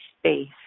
space